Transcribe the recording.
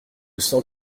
sens